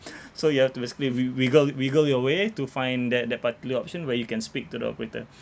so you have to basically wi~ wiggle wiggle your way to find that that particular option where you can speak to the operator